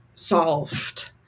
solved